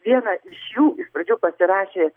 vieną iš jų iš pradžių pasirašė